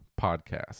podcast